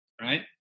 right